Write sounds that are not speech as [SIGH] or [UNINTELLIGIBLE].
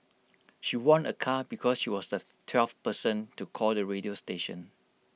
she won A car because she was the [UNINTELLIGIBLE] twelfth person to call the radio station